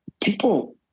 people